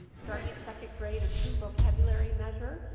starting a second grade, a true vocabulary measure.